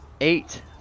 eight